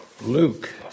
Luke